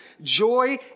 joy